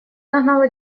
нагнала